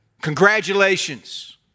Congratulations